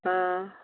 ꯑꯥ